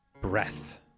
breath